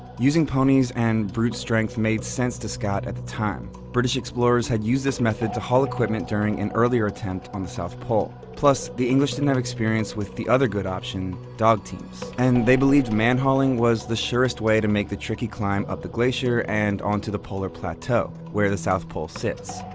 using ponies and brute strength made sense to scott at the time british explorers had used this method to haul equipment during an earlier attempt on the south pole. plus, the english didn't have experience with the other good option dog teams. and they believed man-hauling was the surest way to make the tricky climb up the glacier and on to the polar plateau, where the south pole sits.